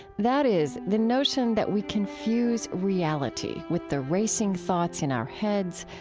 that is, the notion that we confuse reality with the racing thoughts in our heads,